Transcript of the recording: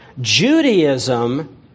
Judaism